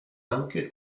anche